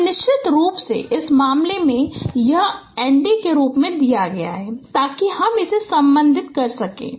तो निश्चित रूप से इस मामले में यह n d के रूप में दिया गया है ताकि हम इसे संबंधित कर सकें